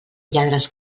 lladres